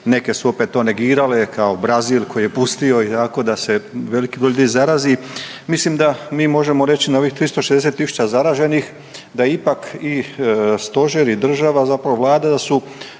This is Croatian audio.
Neke su opet to negirale kao Brazil koji je pustio jako da se veliki broj ljudi zarazi. Mislim da mi možemo reći na ovih 360 tisuća zaraženih da ipak i stožer i država zapravo Vlada da su